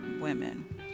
women